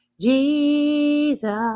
Jesus